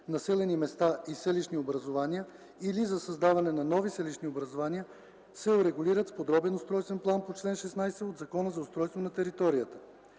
населени места и селищни образувания или за създаване на нови селищни образувания, се урегулират с подробен устройствен план по чл. 16 от Закона за устройство на територията.